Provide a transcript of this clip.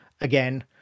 again